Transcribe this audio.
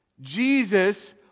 Jesus